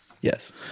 Yes